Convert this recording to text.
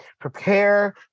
prepare